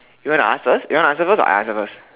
you wanna ask first you wanna answer first or I answer first